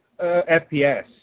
FPS